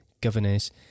governors